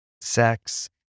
sex